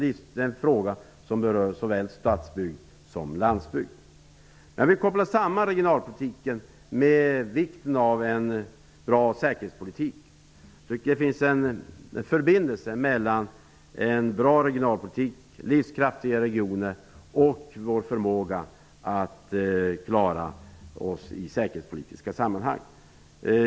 Det är en fråga som berör såväl stadsbygd som landsbygd. Jag vill koppla samman regionalpolitiken med en bra säkerhetspolitik. Det finns en förbindelse mellan en bra regionalpolitik, livskraftiga regioner och vår förmåga att klara oss i säkerhetspolitiska sammanhang.